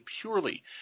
purely